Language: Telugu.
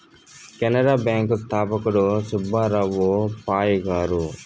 కెనరా బ్యాంకు స్థాపకుడు సుబ్బారావు పాయ్ గారు